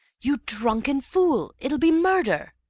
you drunken fool! it'll be murder!